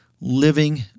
living